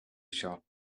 sharp